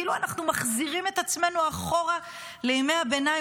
כאילו אנחנו מחזירים את עצמנו אחורה לימי הביניים.